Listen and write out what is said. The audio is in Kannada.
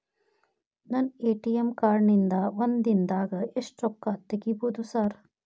ನನ್ನ ಎ.ಟಿ.ಎಂ ಕಾರ್ಡ್ ನಿಂದಾ ಒಂದ್ ದಿಂದಾಗ ಎಷ್ಟ ರೊಕ್ಕಾ ತೆಗಿಬೋದು ಸಾರ್?